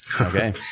Okay